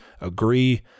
Agree